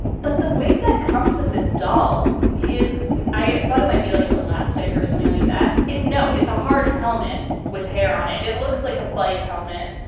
but the wig that comes with this doll is i thought it might be like elastic or something like that. it no it's a hard helmet with hair on it. it looks like a bike helmet.